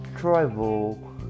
travel